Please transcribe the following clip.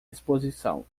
exposição